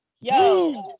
Yo